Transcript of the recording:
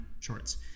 charts